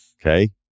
okay